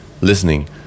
listening